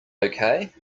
okay